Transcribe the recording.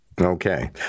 Okay